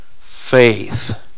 faith